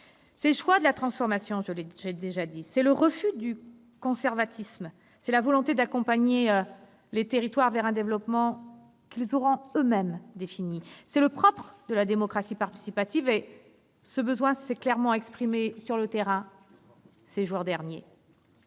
Ce choix de la transformation, c'est le refus du conservatisme, c'est la volonté d'accompagner les territoires vers un développement qu'ils auront eux-mêmes défini. C'est le propre de la démocratie participative et ce besoin s'est clairement exprimé sur le terrain, ces jours derniers.